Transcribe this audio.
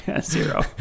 zero